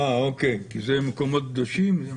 אוקיי, כי זה מקומות קדושים?